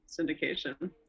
syndication